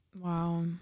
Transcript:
Wow